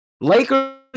Lakers